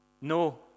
No